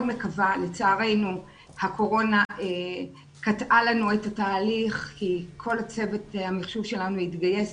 לצערנו הקורונה קטעה לנו את התהליך כי כל צוות המחשוב שלנו התגייס